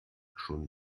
schon